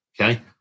Okay